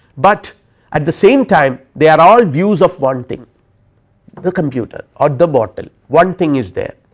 but at the same time they are all views of one thing the computer or the bottle one thing is there.